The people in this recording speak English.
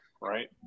Right